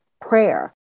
prayer